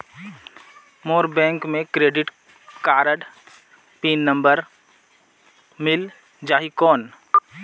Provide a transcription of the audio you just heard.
मोर bank मे credit card pin number मिल जाहि कौन?